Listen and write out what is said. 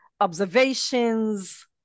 observations